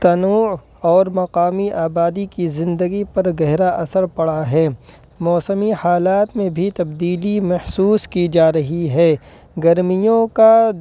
تنوع اور مقامی آبادی کی زندگی پر گہرا اثر پڑا ہے موسمی حالات میں بھی تبدیلی محسوس کی جا رہی ہے گرمیوں کا